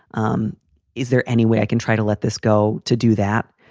um is there any way i can try to let this go? to do that?